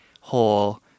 whole